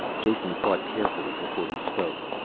jason thought carefully before he spoke.